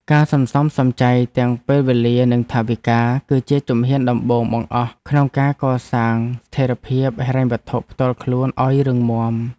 ការសន្សំសំចៃទាំងពេលវេលានិងថវិកា គឺជាជំហានដំបូងបង្អស់ក្នុងការកសាងស្ថិរភាពហិរញ្ញវត្ថុផ្ទាល់ខ្លួនឱ្យរឹងមាំ។